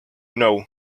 know